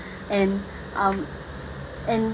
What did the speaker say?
and um and